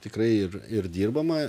tikrai ir ir dirbama